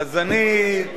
אם אני מקפח,